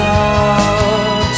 out